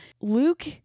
Luke